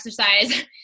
exercise